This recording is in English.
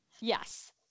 yes